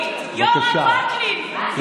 יורם וקנין, בן 50 מבית שמש, מת בחג.